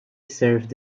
served